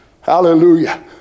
Hallelujah